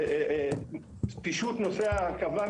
לפישוט נושא ההרכבה,